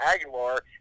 Aguilar